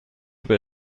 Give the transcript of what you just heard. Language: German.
über